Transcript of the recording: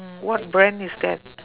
mm what brand is that